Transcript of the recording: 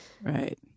Right